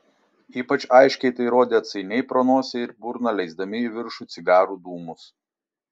ypač aiškiai tai rodė atsainiai pro nosį ir burną leisdami į viršų cigarų dūmus